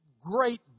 great